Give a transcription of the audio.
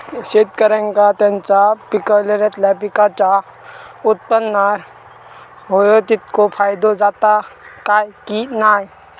शेतकऱ्यांका त्यांचा पिकयलेल्या पीकांच्या उत्पन्नार होयो तितको फायदो जाता काय की नाय?